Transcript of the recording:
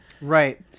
Right